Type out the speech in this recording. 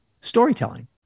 storytelling